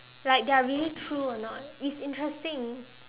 like they are really true or not it's interesting